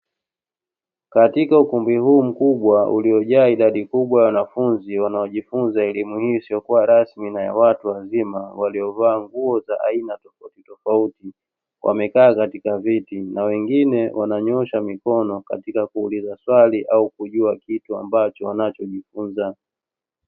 Katika ukumbi huu mkubwa uliyojaa idadi kubwa ya wanafunzi wanaojifunza elimu hii isiyokuwa rasmi na ya watu wazima waliyovaa nguo za aina tofautitofauti, wamekaa katika viti na wengine wananyoosha mikono katika kuuliza swali au kujua kitu ambacho wanachojifunza.